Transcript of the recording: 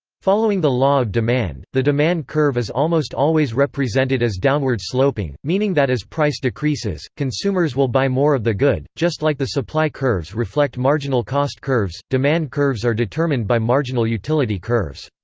following the law of demand, the demand curve is almost always represented as downward-sloping, meaning that as price decreases, consumers will buy more of the good just like the supply curves reflect marginal cost curves, demand curves are determined by marginal utility curves.